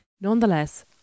Nonetheless